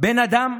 "בן אדם,